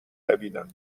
دویدم